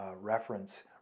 reference